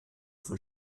von